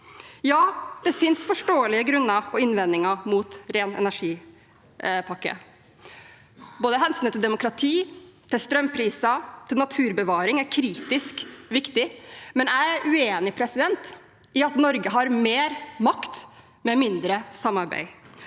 Ja, det finnes forståelige grunner til innvendinger mot ren energi-pakken. Hensynet til demokrati, strømpriser og naturbevaring er kritisk viktig, men jeg er uenig i at Norge har mer makt med mindre samarbeid.